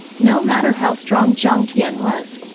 no matter how strong jiang tian was,